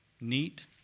neat